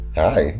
hi